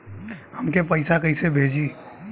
हमके पैसा कइसे भेजी?